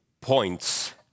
points